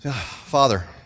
Father